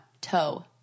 Toe